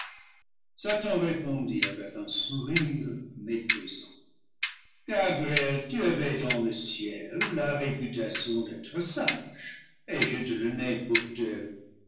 satan répondit avec un sourire méprisant gabriel tu avais dans le ciel la réputation d'être sage et je te tenais